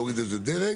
להוריד את זה דרג,